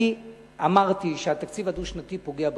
אני אמרתי שהתקציב הדו-שנתי פוגע בכנסת.